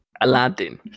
aladdin